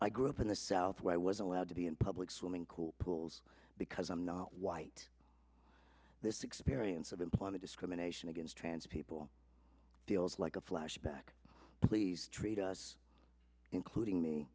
i grew up in the south where i was allowed to be in public swimming pool pools because i'm not white this experience of employment discrimination against trans people feels like a flashback please treat us including me